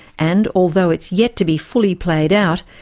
and although it's yet to be fully played out,